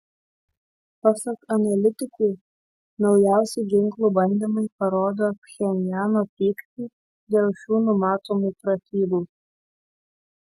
pasak analitikų naujausi ginklų bandymai parodo pchenjano pyktį dėl šių numatomų pratybų